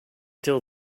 till